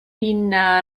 pinna